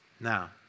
Now